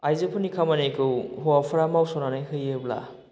आइजोफोरनि खामानिखौ हौवाफ्रा मावस'नानै होयोब्ला